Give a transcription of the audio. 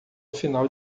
final